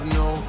no